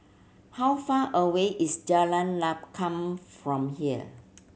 how far away is Jalan from here